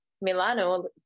Milano